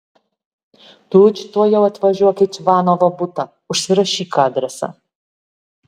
tučtuojau atvažiuok į čvanovo butą užsirašyk adresą